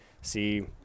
see